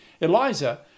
Eliza